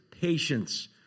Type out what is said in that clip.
patience